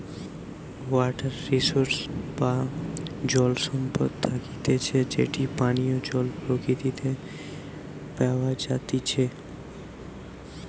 water resource বা জল সম্পদ থাকতিছে যেটি পানীয় জল প্রকৃতিতে প্যাওয়া জাতিচে